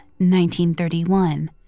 1931